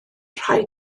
rhai